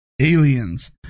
aliens